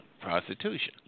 Prostitution